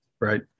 Right